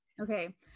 Okay